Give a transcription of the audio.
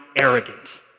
arrogant